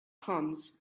comes